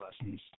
lessons